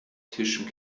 tisch